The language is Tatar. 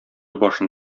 башын